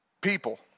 People